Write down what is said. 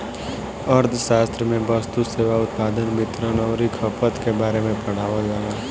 अर्थशास्त्र में वस्तु, सेवा, उत्पादन, वितरण अउरी खपत के बारे में पढ़ावल जाला